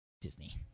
Disney